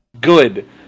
good